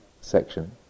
section